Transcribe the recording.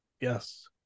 Yes